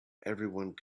everyone